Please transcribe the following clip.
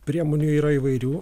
priemonių yra įvairių